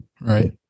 Right